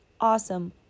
awesome